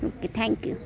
okay thank you